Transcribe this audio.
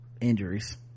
injuries